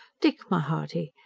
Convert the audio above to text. dick, my hearty,